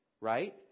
Right